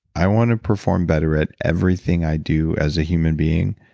i want to perform better at everything i do as a human being.